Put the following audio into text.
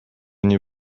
nie